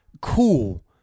cool